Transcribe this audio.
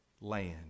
land